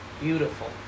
beautiful